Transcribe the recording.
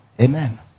Amen